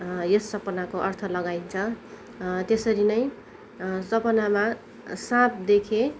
यस सपनाको अर्थ लगाइन्छ त्यसरी नै सपनामा साँप देखे